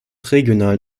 regionalen